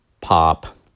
pop